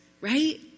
right